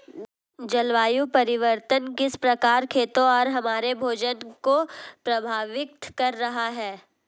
जलवायु परिवर्तन किस प्रकार खेतों और हमारे भोजन को प्रभावित कर रहा है?